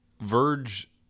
Verge